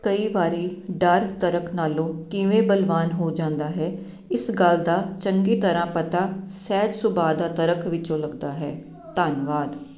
ਕਈ ਵਾਰ ਡਰ ਤਰਕ ਨਾਲੋਂ ਕਿਵੇਂ ਬਲਵਾਨ ਹੋ ਜਾਂਦਾ ਹੈ ਇਸ ਗੱਲ ਦਾ ਚੰਗੀ ਤਰ੍ਹਾਂ ਪਤਾ ਸਹਿਜ ਸੁਭਾਅ ਦਾ ਤਰਕ ਵਿੱਚੋਂ ਲੱਗਦਾ ਹੈ ਧੰਨਵਾਦ